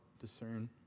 discern